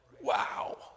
Wow